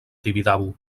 tibidabo